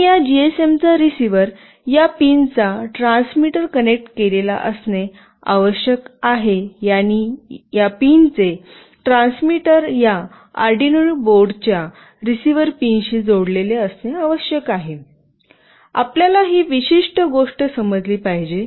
आणि या जीएसएम चा रिसीव्हर या पिनचा ट्रान्समीटर कनेक्ट केलेला असणे आवश्यक आहे आणि या पिनचे ट्रान्समीटर या आर्डिनो बोर्डच्या रिसीव्हर पिनशी जोडलेले असणे आवश्यक आहे आपल्याला ही विशिष्ट गोष्ट समजली पाहिजे